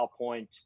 PowerPoint